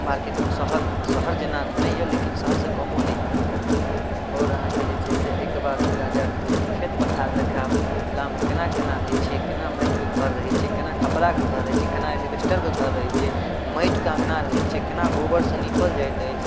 मार्केटमे शहर शहर जेना नहि अइ लेकिन शहरसँ कमो नहि अइ आओर अहाँके जे छै से एहिके बाद हम लऽ जाएब खेत पथार देखाएब मिथिलामे कोना कोना रहै छिए कोना माटिके घर रहै छै कोना खपड़ाके घर रहै छै कोना एस्बेस्टसके घर रहै छै माटिके अँगना रहै छै कोना गोबरसँ निपल जाइत अछि